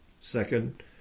second